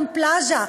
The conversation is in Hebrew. ב"שרתון פלאזה",